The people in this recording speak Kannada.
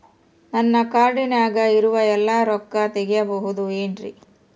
ನನ್ನ ಕಾರ್ಡಿನಾಗ ಇರುವ ಎಲ್ಲಾ ರೊಕ್ಕ ತೆಗೆಯಬಹುದು ಏನ್ರಿ?